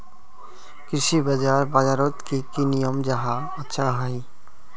कृषि बाजार बजारोत की की नियम जाहा अच्छा हाई?